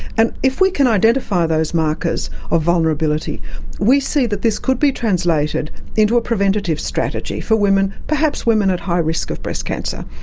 and if we can identify those markers of vulnerability we see that this could be translated into a preventative strategy for perhaps women perhaps women at high risk of breast cancer.